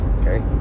okay